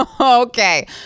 Okay